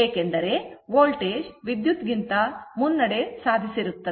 ಏಕೆಂದರೆ ವೋಲ್ಟೇಜ್ ವಿದ್ಯುತ್ ಗಿಂತ ಮುನ್ನಡೆ ಸಾಧಿಸಿರುತ್ತದೆ